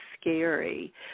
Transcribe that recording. scary